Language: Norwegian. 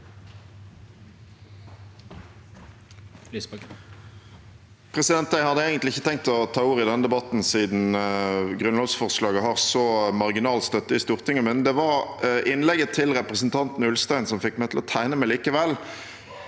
Jeg hadde egentlig ikke tenkt å ta ordet i denne debatten siden grunnlovsforslaget har så marginal støtte i Stortinget, men innlegget til representanten Ulstein fikk meg til å tegne meg likevel,